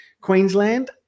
Queensland